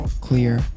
clear